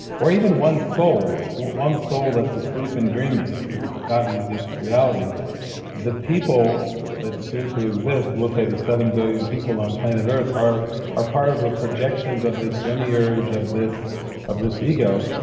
or even one soul one soul that's asleep and dreaming and it's forgotten its reality the people that seem to exist, we'll say the seven billion people on planet earth, are are part of the projections of this demiurge, of this of this ego.